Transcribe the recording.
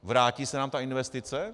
Vrátí se nám ta investice?